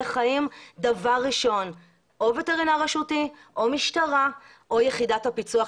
חיים אז דבר ראשון או וטרינר רשותי או משטרה או יחידת הפיצו"ח.